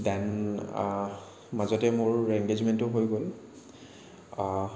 then মাজতে মোৰ এংগেজমেণ্টো হৈ গ'ল